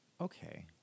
Okay